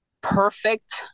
perfect